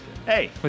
Hey